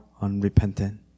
Unrepentant